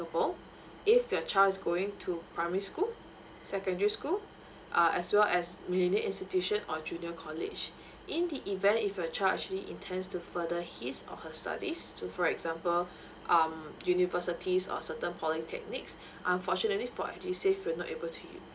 if your child is going to primary school secondary school uh as well as milennia institution or junior college in the event if your child actually intend to further his or her studies to for example um universities or certain polytechnics unfortunately for edusave will not able to use